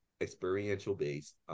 experiential-based